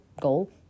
goal